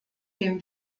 dem